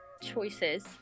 choices